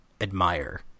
admire